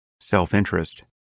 self-interest